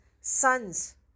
sons